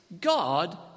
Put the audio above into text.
God